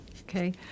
Okay